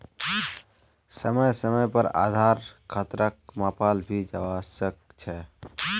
समय समय पर आधार खतराक मापाल भी जवा सक छे